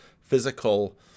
physical